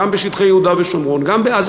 גם בשטחי יהודה ושומרון וגם בעזה.